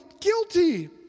guilty